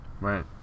Right